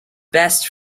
best